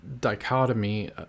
dichotomy